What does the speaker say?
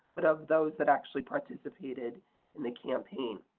but of those that actually participated in the campaign.